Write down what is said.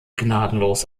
gnadenlos